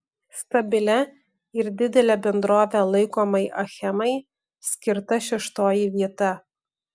stabilia ir didele bendrove laikomai achemai skirta šeštoji vieta